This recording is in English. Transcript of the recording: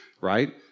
right